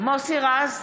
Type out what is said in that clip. מוסי רז,